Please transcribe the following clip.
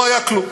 לא היה כלום.